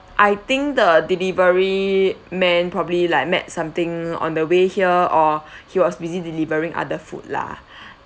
I think the delivery man probably like met something on the way here or he was busy delivering other food lah